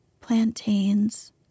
plantains